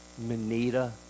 Manita